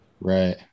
Right